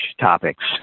topics